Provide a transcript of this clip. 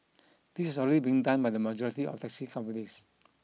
this is already being done by the majority of taxi companies